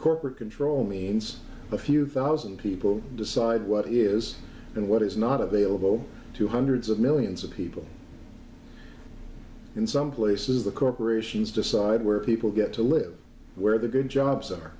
corporate control means a few thousand people decide what is and what is not available to hundreds of millions of people in some places the corporations decide where people get to live where the good jobs